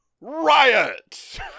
riot